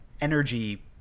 energy